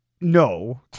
no